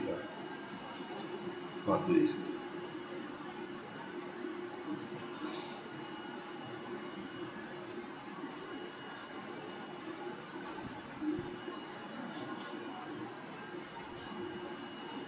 not days ya